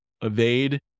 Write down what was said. evade